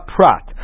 Prat